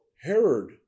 Herod